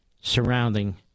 surrounding